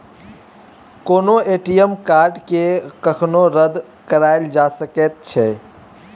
कोनो ए.टी.एम कार्डकेँ कखनो रद्द कराएल जा सकैत छै